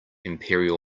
imperial